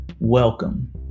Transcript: welcome